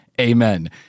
Amen